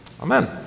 Amen